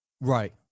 right